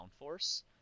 downforce